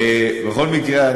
בכל מקרה,